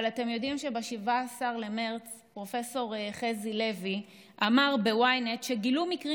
אבל אתם יודעים שב-17 במרץ פרופ' חזי לוי אמר ב-ynet שגילו מקרים